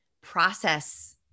process